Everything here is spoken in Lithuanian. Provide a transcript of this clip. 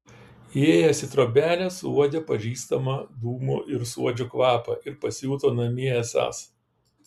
įėjęs į trobelę suuodė pažįstamą dūmų ir suodžių kvapą ir pasijuto namie esąs